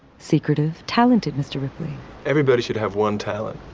secretive, talented mr. ripley everybody should have one tailor.